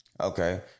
Okay